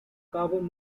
carbon